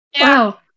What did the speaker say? Wow